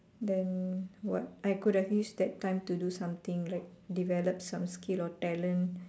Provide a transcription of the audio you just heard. then what I could have used that time to do something like develop some skill or talent